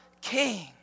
king